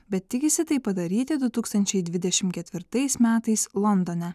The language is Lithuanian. bet tikisi tai padaryti du tūkstančiai dvidešimt ketvirtais metais londone